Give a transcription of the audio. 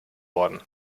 worden